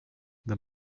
the